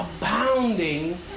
Abounding